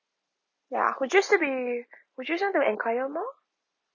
ya would you still be would you still want to enquire more